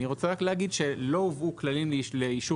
אני רוצה רק להגיד שלא הובאו כללים לאישור